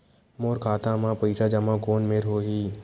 मोर खाता मा पईसा जमा कोन मेर होही?